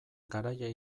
garaile